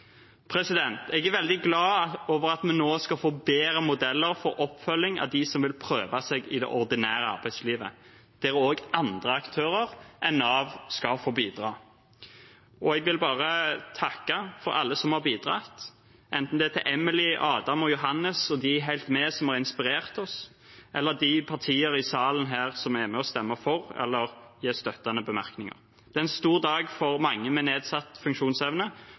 Jeg er veldig glad for at vi nå skal få bedre modeller for oppfølging av dem som vil prøve seg i det ordinære arbeidslivet, der også andre aktører enn Nav skal få bidra. Og jeg vil bare takke for alle som har bidratt, enten det er Emily, Adam og Johannes og dem i Helt Med, som har inspirert oss, eller de partier i salen som er med og stemmer for eller gir støttende bemerkninger. Det er en stor dag for mange med nedsatt funksjonsevne